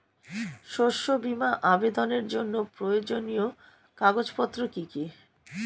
শস্য বীমা আবেদনের জন্য প্রয়োজনীয় কাগজপত্র কি কি?